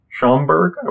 Schomburg